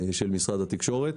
משרד התקשורת.